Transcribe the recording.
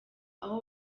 aho